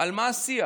על מה השיח.